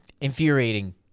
infuriating